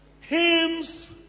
hymns